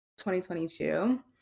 2022